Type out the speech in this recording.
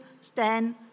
stand